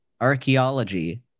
archaeology